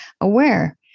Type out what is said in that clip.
aware